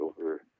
over